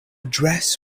dress